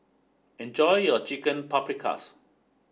enjoy your Chicken Paprikas